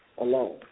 alone